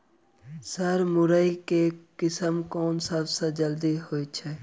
Sir मुरई केँ किसिम केँ सबसँ जल्दी होइ छै?